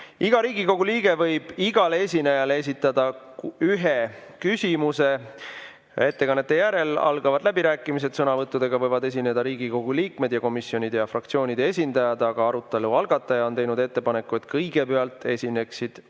Riigikogu liige võib igale esinejale esitada ühe küsimuse. Ettekannete järel algavad läbirääkimised. Sõnavõttudega võivad esineda Riigikogu liikmed ning komisjonide ja fraktsioonide esindajad, aga arutelu algataja on teinud ettepaneku, et kõigepealt esineksid